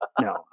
No